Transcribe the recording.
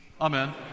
amen